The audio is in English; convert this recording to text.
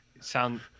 sound